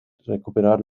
recuperar